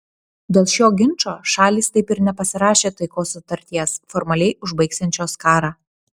dėl šio ginčo šalys taip ir nepasirašė taikos sutarties formaliai užbaigsiančios karą